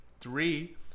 three